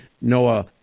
Noah